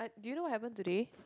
do you know what happened today